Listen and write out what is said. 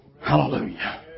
Hallelujah